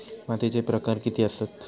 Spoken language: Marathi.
मातीचे प्रकार किती आसत?